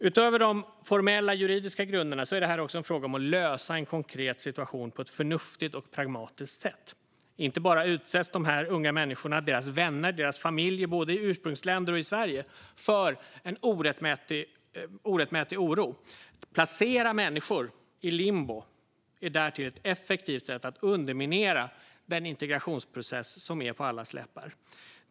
Utöver de formella, juridiska grunderna är det också en fråga om att lösa en konkret situation på ett förnuftigt och pragmatiskt sätt. De här unga människorna, deras vänner och deras familjer både i ursprungsländer och i Sverige utsätts inte bara för en orättmätig oro. Att placera människor i limbo är därtill ett effektivt sätt att underminera den integrationsprocess som är på allas läppar.